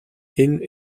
энэ